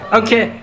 okay